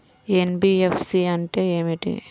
NBFC అంటే ఏమిటి?